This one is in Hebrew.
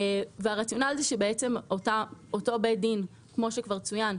וכמו שכבר צוין,